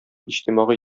иҗтимагый